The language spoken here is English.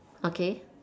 okay